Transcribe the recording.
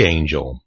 Angel